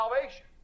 salvation